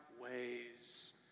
ways